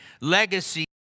legacy